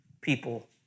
people